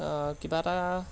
কিবা এটা